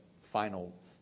final